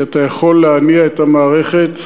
כי אתה יכול להניע את המערכת.